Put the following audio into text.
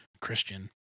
Christian